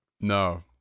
No